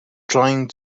trying